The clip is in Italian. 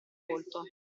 volto